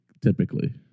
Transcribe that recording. typically